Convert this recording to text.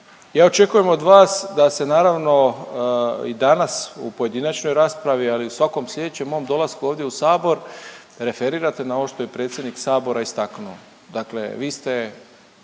Ja očekujem od vas da se naravno i danas u pojedinačnoj raspravi ali u svakom slijedećem mom dolasku ovdje u sabor, referirate na ovo što je predsjednik sabora istaknuo. Dakle vi ste